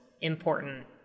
important